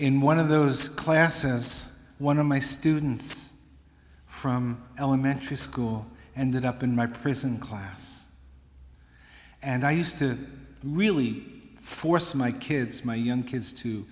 in one of those classes one of my students from elementary school and then up in my prison class and i used to really force my kids my young kids to